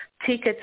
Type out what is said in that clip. tickets